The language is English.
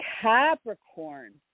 Capricorn